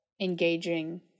engaging